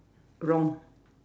wrong